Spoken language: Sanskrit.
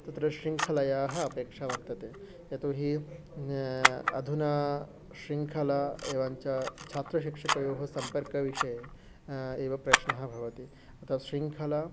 तत्र शृङ्खलायाः अपेक्षा वर्तते यतोहि अधुना शृङ्खला एवञ्च छात्रशिक्षकयोः संपर्कविषये एव प्रश्नः भवति अतः शृङ्खला